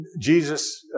Jesus